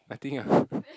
I think ah